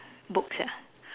books ah